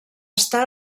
estar